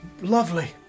lovely